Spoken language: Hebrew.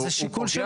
אבל זה שיקול שלו.